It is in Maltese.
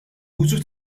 użu